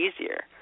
easier